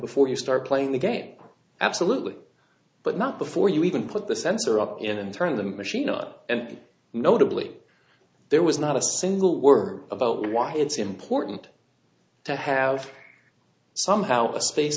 before you start playing the game absolutely but not before you even put the sensor up in and turn the machine up and notably there was not a single word about why it's important to have somehow